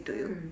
mm